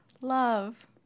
Love